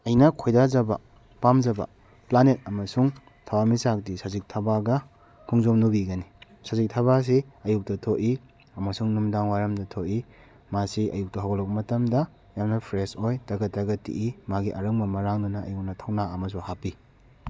ꯑꯩꯅ ꯈꯣꯏꯗꯖꯕ ꯄꯥꯝꯖꯕ ꯄ꯭ꯂꯥꯅꯦꯠ ꯑꯃꯁꯨꯡ ꯊꯋꯥꯟ ꯃꯤꯆꯥꯛꯇꯤ ꯁꯖꯤꯛ ꯊꯕꯥꯒ ꯈꯣꯡꯖꯣꯝ ꯅꯨꯕꯤꯒꯅꯤ ꯁꯖꯤꯛ ꯊꯕꯥꯁꯤ ꯑꯌꯨꯛꯇ ꯊꯣꯛꯏ ꯑꯃꯁꯨꯡ ꯅꯨꯃꯤꯗꯥꯡ ꯋꯥꯏꯔꯝꯗ ꯊꯣꯛꯏ ꯃꯥꯁꯤ ꯑꯌꯨꯛꯇ ꯍꯧꯒꯠꯂꯛꯄ ꯃꯇꯝꯗ ꯌꯥꯝꯅ ꯐ꯭ꯔꯦꯁ ꯑꯣꯏ ꯇꯒꯠ ꯇꯒꯠ ꯇꯦꯛꯏ ꯃꯥꯒꯤ ꯑꯔꯪꯕ ꯃꯉꯥꯜꯗꯨꯅ ꯑꯩꯉꯣꯟꯗ ꯊꯧꯅꯥ ꯑꯃꯁꯨ ꯍꯥꯞꯄꯤ